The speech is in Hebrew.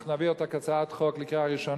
אנחנו נביא אותה כהצעת חוק לקריאה ראשונה.